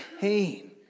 pain